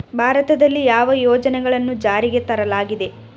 ಭಾರತದಲ್ಲಿ ಯಾವ ಯೋಜನೆಗಳನ್ನು ಜಾರಿಗೆ ತರಲಾಗಿದೆ?